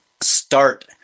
start